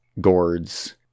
gourds